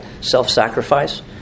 self-sacrifice